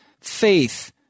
faith